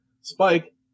Spike